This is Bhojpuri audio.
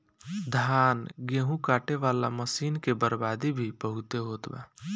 धान, गेहूं काटे वाला मशीन से बर्बादी भी बहुते होत बा